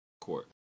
court